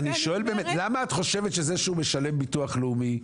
למה את חושבת שזה שהוא משלם ביטוח לאומי,